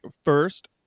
first